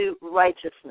righteousness